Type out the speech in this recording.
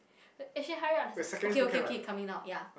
Ashley hurry up okay okay okay coming now ya